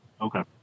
Okay